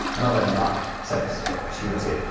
another empire sensed an opportunity.